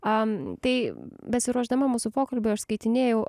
am tai besiruošdama mūsų pokalbiui aš skaitinėjau